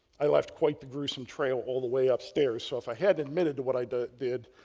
i left quite the gruesome trail all the way upstairs. so if i hadn't admitted to what i did,